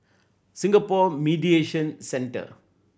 Singapore Mediation Centre